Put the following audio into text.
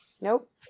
Nope